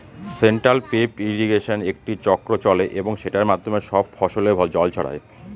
central pivot ইর্রিগেশনে একটি চক্র চলে এবং সেটার মাধ্যমে সব ফসলে জল ছড়ায়